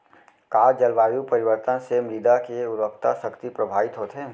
का जलवायु परिवर्तन से मृदा के उर्वरकता शक्ति प्रभावित होथे?